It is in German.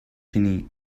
genie